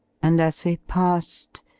and as we passed,